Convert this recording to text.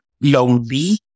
lonely